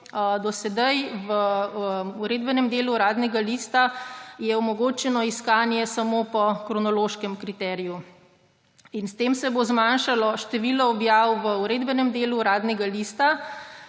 Do sedaj je v Uredbenem delu Uradnega lista omogočeno iskanje samo po kronološkem kriteriju. S tem se bo zmanjšalo število objav v Uredbenem delu Uradnega lista